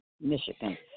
Michigan